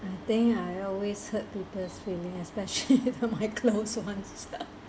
I think I always hurt people's feeling especially my close ones